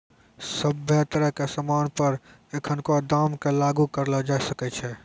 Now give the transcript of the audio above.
सभ्भे तरह के सामान पर एखनको दाम क लागू करलो जाय सकै छै